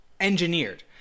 engineered